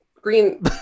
Green